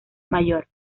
mayor